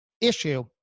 issue